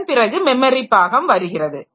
அதன் பிறகு மெமரி பாகம் வருகிறது